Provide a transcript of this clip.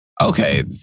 Okay